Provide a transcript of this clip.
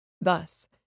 Thus